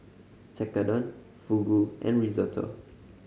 Tekkadon Fugu and Risotto